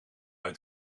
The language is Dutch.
uit